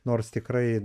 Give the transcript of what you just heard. nors tikrai